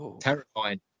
terrifying